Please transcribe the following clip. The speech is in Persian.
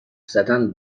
زدن